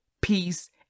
peace